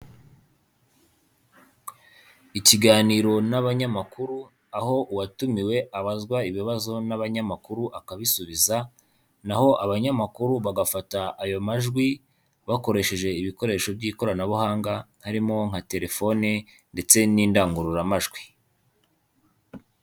Ikiganiro n'abanyamakuru aho uwatumiwe abazwa ibibazo n'abanyamakuru akabisubiza, naho abanyamakuru bagafata ayo majwi bakoresheje ibikoresho by'ikoranabuhanga harimo nka telefone ndetse n'indangururamajwi.